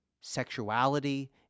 sexuality